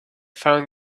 found